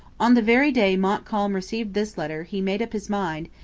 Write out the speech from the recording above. on the very day montcalm received this letter he made up his mind,